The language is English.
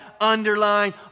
underline